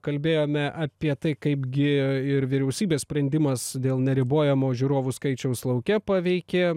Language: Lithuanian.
kalbėjome apie tai kaipgi ir vyriausybės sprendimas dėl neribojamo žiūrovų skaičiaus lauke paveikė